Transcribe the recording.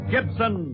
Gibson